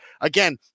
again